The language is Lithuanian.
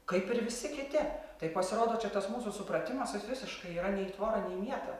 kaip ir visi kiti tai pasirodo čia tas mūsų supratimas jis visiškai yra nei į tvorą nei į mietą